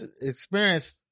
experience